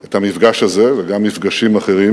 את המפגש הזה, וגם מפגשים אחרים,